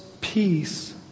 peace